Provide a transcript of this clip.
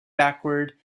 backward